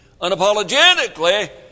unapologetically